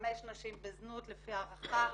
נשים בזנות לפי הערכה,